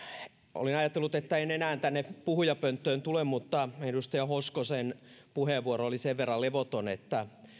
olin ajatellut että en enää tänne puhujapönttöön tule mutta edustaja hoskosen puheenvuoro oli sen verran levoton että